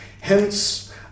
Hence